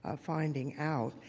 ah finding out.